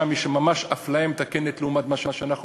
שם יש ממש אפליה מתקנת לעומת מה שאנחנו